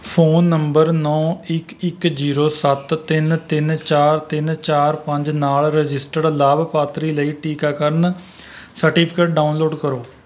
phone number ਨੌ ਇੱਕ ਇੱਕ ਜ਼ੀਰੋ ਸੱਤ ਤਿੰਨ ਤਿੰਨ ਚਾਰ ਤਿੰਨ ਚਾਰ ਪੰਜ ਨਾਲ਼ ਰਜਿਸਟਰਡ ਲਾਭਪਾਤਰੀ ਲਈ ਟੀਕਾਕਰਨ ਸਰਟੀਫਿਕੇਟ ਡਾਊਨਲੋਡ ਕਰੋ